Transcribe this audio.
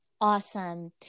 Awesome